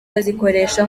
bazikoresha